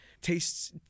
tastes